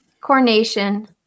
Coronation